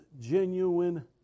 genuine